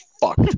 fucked